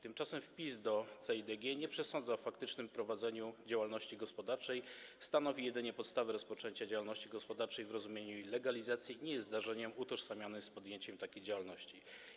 Tymczasem wpis do CEIDG nie przesądza o faktycznym prowadzeniu działalności gospodarczej, stanowi jedynie podstawę rozpoczęcia działalności gospodarczej w rozumieniu jej legalizacji i nie jest zdarzeniem utożsamianym z podjęciem takiej działalności.